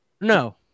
No